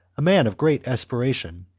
a man of great aspiration,